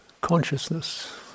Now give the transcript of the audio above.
consciousness